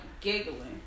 giggling